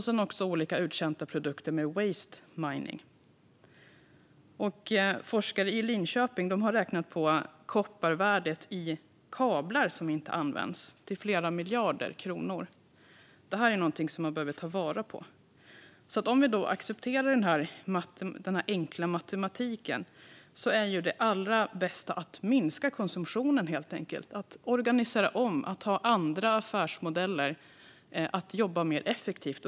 Sedan finns olika uttjänta produkter, och där finns waste mining. Forskare i Linköping har räknat på kopparvärdet i kablar som inte används, och det är flera miljarder kronor. Detta är något som man behöver ta vara på. Om vi accepterar denna enkla matematik ser vi att det allra bästa är att helt enkelt minska konsumtionen och organisera om, ha andra affärsmodeller och jobba mer effektivt.